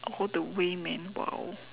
all the way man !wow!